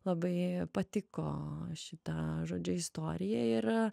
labai patiko šita žodžiu istorija ir